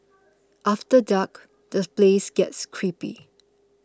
after dark the place gets creepy